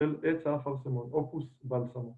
‫אל עצר חוסמון, אוקוס בלסמון.